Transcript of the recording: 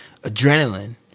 adrenaline